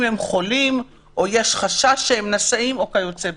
הם חולים או יש חשש הם נשאים וכיוצא בזה.